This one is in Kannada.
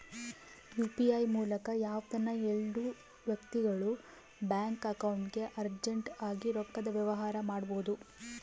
ಯು.ಪಿ.ಐ ಮೂಲಕ ಯಾವ್ದನ ಎಲ್ಡು ವ್ಯಕ್ತಿಗುಳು ಬ್ಯಾಂಕ್ ಅಕೌಂಟ್ಗೆ ಅರ್ಜೆಂಟ್ ಆಗಿ ರೊಕ್ಕದ ವ್ಯವಹಾರ ಮಾಡ್ಬೋದು